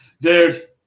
dude